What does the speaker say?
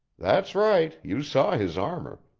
that's right you saw his armor.